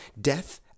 Death